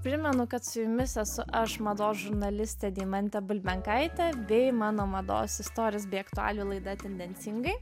primenu kad su jumis esu aš mados žurnalistė deimantė bulbenkaitė bei mano mados istorijos bei aktualijų laida tendencingai